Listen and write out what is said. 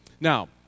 Now